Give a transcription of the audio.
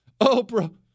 Oprah